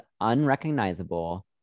unrecognizable